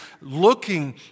looking